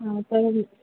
हां तर